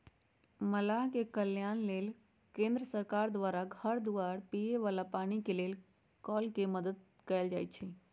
मलाह के कल्याण लेल केंद्र सरकार द्वारा घर दुआर, पिए बला पानी के लेल कल के मदद कएल जाइ छइ